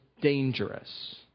dangerous